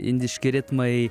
indiški ritmai